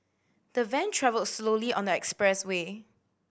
the van travelled slowly on the expressway